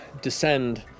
descend